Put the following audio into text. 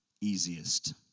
easiest